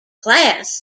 class